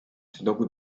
znowu